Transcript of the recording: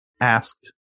Asked